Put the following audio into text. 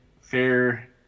Fair